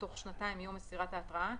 בתוך שנתיים מיום מסירת ההתראה,